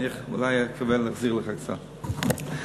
אני מקווה להחזיר לך קצת אולי.